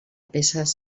peces